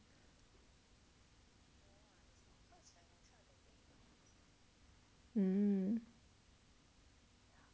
(uh huh)